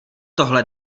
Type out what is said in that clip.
tohle